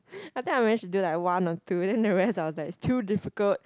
I think I manage to do like one or two and then the rest are that is too difficult